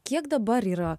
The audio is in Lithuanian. kiek dabar yra